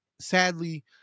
sadly